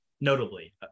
notably